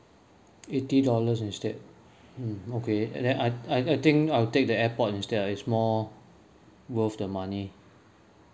eighty dollars instead mm okay and then I I think I'll take the airpod instead lah it's more worth the money